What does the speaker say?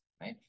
right